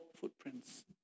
footprints